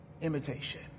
imitation